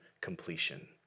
completion